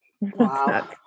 Wow